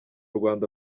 rwanda